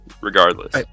regardless